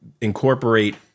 incorporate